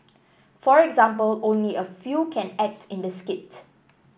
for example only a few can act in the skit